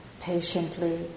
patiently